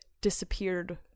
disappeared